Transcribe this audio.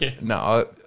No